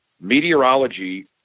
Meteorology